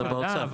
זה באוצר.